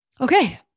okay